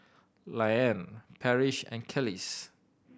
Liane Parrish and Kelis